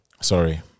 Sorry